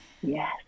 Yes